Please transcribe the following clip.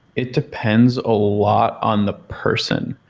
it depends a lot on the person,